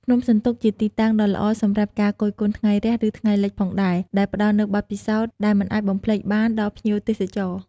ភ្នំសន្ទុកជាទីតាំងដ៏ល្អសម្រាប់ការគយគន់ថ្ងៃរះឬថ្ងៃលិចផងដែរ ដែលផ្តល់នូវបទពិសោធន៍ដែលមិនអាចបំភ្លេចបានដល់ភ្ញៀវទេសចរ។